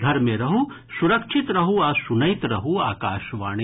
घर मे रहू सुरक्षित रहू आ सुनैत रहू आकाशवाणी